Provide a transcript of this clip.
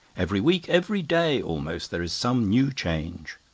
every week every day almost there is some new change.